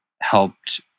helped